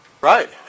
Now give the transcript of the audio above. right